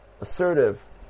assertive